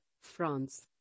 France